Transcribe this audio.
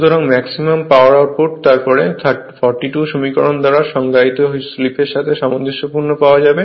সুতরাং maximum power output তারপরে 42 সমীকরণ দ্বারা সংজ্ঞায়িত স্লিপের সাথে সামঞ্জস্যপূর্ণ পাওয়া যাবে